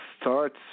starts